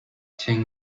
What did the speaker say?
tim